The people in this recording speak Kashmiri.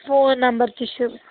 فون نمبر تہِ چھ